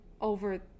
over